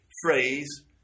phrase